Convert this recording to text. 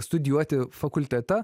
studijuoti fakultete